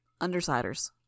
Undersiders